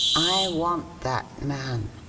i want that man,